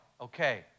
Okay